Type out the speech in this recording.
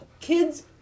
Kids